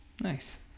Nice